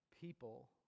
people